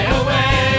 away